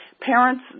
Parents